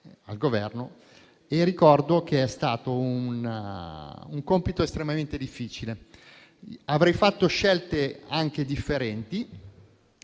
al Governo e ricordo che è stato un compito estremamente difficile. Avrei fatto scelte anche differenti,